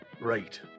Right